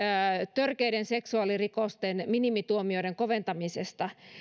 törkeiden seksuaalirikosten minimituomioiden koventamiseen